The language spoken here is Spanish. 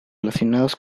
relacionados